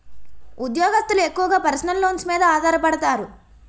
ఉద్యోగస్తులు ఎక్కువగా personal loans మీద ఆధారపడతారు